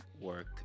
work